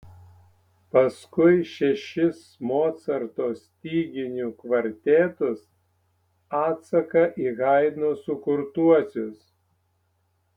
paskui šešis mocarto styginių kvartetus atsaką į haidno sukurtuosius